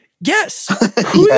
yes